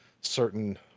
certain